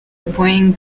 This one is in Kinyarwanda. boeing